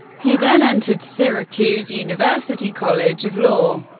he then entered syracuse university college of law,